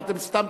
ואתם סתם